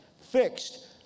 fixed